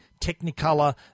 Technicolor